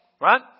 right